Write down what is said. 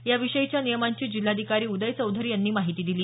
याविषयांच्या नियमांची जिल्हाधिकारी उदय चौधरी यांनी माहिती दिली